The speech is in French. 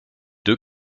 deux